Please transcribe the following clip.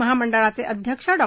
महामंडळाचे अध्यक्ष डॉ